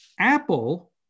Apple